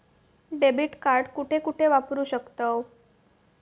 Debit card कुठे कुठे वापरू शकतव?